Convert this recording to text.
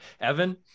Evan